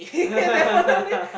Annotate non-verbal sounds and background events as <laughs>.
<laughs> definitely